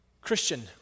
Christian